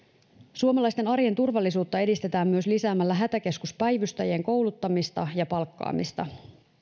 suomalaisten arjen turvallisuutta edistetään myös lisäämällä hätäkeskuspäivystäjien kouluttamista ja palkkaamista